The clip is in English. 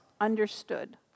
understood